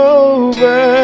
over